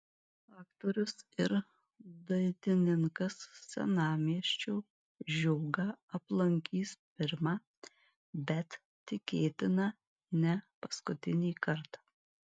aktorius ir dainininkas senamiesčio žiogą aplankys pirmą bet tikėtina ne paskutinį kartą